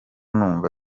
numva